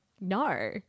no